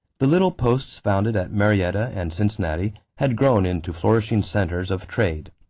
the little posts founded at marietta and cincinnati had grown into flourishing centers of trade.